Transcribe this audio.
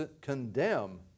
condemn